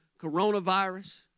Coronavirus